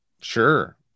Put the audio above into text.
Sure